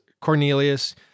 Cornelius